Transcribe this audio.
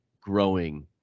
growing